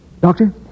Doctor